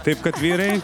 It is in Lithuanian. taip kad vyrai